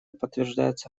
подтверждается